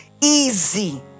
easy